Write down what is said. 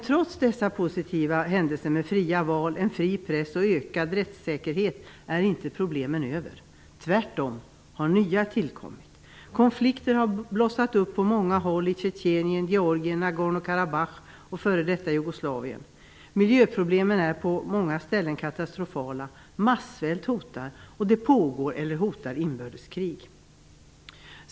Trots dessa positiva händelser med fria val, en fri press och ökad rättssäkerhet är problemen inte över. Tvärtom har nya tillkommit. Konflikter har blossat upp på många håll i Tjetjenien, Georgien, Nagorno Karabach och f.d. Jugoslavien. Miljöproblemen är på många ställen katastrofala. Massvält hotar. Inbördeskrig pågår, eller hotar.